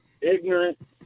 ignorant